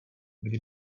kdy